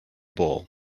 bull